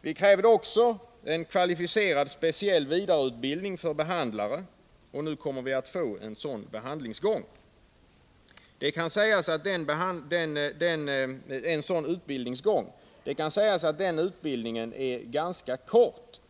Vi krävde också att en kvalificerad, speciell vidareutbildning för behandlare skulle inrättas, och nu kommer vi att få en sådan utbildningsgång. Det kan tyckas att den utbildningen, såsom den är föreslagen, är ganska kort.